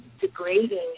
degrading